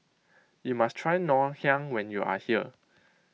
you must try Ngoh Hiang when you are here